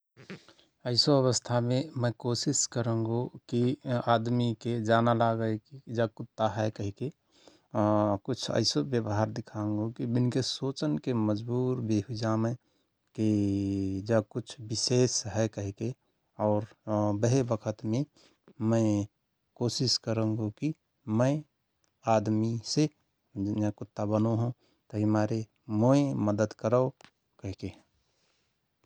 ऐसो अवस्थामे मय कोसिस करंगो कि आदमिके जा ना लागय कि जा कुत्ता हय कहिके । कुछ ऐसो व्यवहार दिखाङगो विनके सोचनके मजबुर बे हुईजामय कि जा कुछ विशेस हय कहिके । और बहे बखतमे मय कोसिस करङगो कि मय आदमिसे कुत्ता बनो हओं तहिमारे मोय मद्दत करओ कहिके ।